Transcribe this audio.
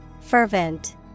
Fervent